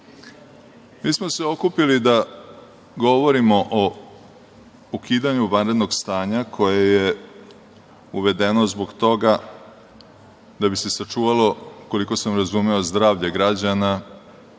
mi smo se okupili da govorimo o ukidanju vanrednog stanja koje je uvedeno zbog toga da bi se sačuvalo, koliko sam razumeo, zdravlje građana